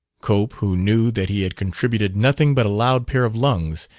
cope, who knew that he had contributed nothing but a loud pair of lungs,